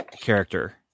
character